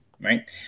right